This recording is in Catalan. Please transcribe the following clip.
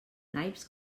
naips